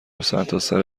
سرتاسر